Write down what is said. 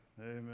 Amen